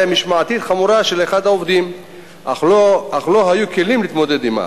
משמעתית חמורה של אחד העובדים אך לא היו כלים להתמודד עמה.